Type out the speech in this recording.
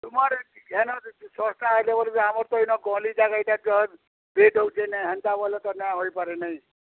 ତୁମର୍ ହେନୁ ଶସ୍ତା ହେଲା ବୋଲି ଆମର୍ ତ ଇନ ଗହଲି ଜାଗା ତ ରେଟ୍ ହଉଚି ନାଇଁ ହେନ୍ତା ବଏଲେ ତ ନାଇଁ ହେଇପାରେ ନାଇଁ